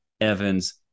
evans